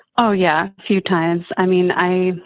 oh, yeah, few times. i mean, i,